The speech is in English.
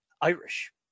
Irish